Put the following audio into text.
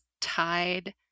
tied